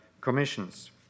commissions